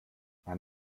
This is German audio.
man